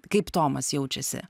kaip tomas jaučiasi